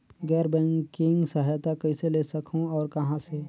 गैर बैंकिंग सहायता कइसे ले सकहुं और कहाँ से?